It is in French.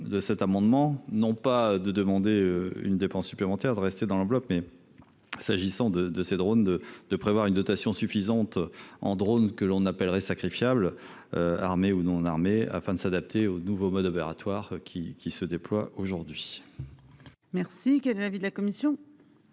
De cet amendement n'ont pas de demander une dépense supplémentaire de rester dans l'enveloppe mais. S'agissant de de ces drone de prévoir une dotation suffisante en drone que l'on appellerait ça crée fiable. Armés ou non armés afin de s'adapter aux nouveaux modes opératoires qui qui se déploie aujourd'hui. Merci, qui a de l'avis de la commission.